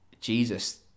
jesus